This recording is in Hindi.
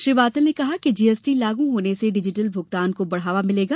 श्री वातल ने कहा कि जीएसटी लागू होने से डिजिटल भुगतान को बढ़ावा मिलेगा